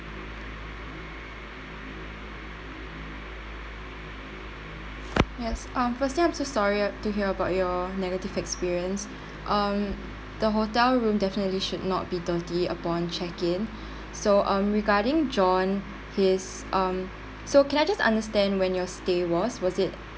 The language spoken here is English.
yes um firstly I'm so sorry to hear about your negative experience um the hotel room definitely should not be dirty upon check in so um regarding john his um so can I just understand when your stay was was it